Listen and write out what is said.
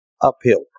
uphill